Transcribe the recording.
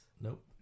Nope